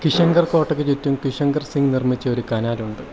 കിഷൻഗർ കോട്ടയ്ക്ക് ചുറ്റും കിഷൻഗർ സിംഗ് നിർമ്മിച്ച ഒരു കനാലുണ്ട്